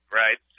right